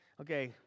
Okay